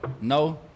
No